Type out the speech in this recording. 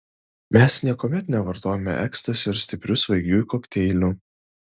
mes niekuomet nevartojome ekstazio ir stiprių svaigiųjų kokteilių